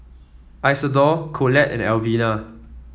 Isidore Collette and Alvina